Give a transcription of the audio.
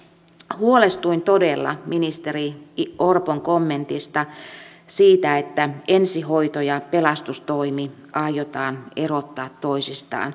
huolestuin todella ministeri orpon kommentista siitä että ensihoito ja pelastustoimi aiotaan erottaa toisistaan